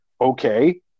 okay